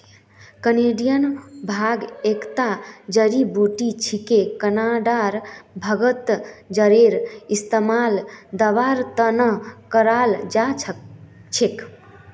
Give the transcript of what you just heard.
Canadian भांग एकता जड़ी बूटी छिके कनाडार भांगत जरेर इस्तमाल दवार त न कराल जा छेक